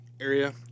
area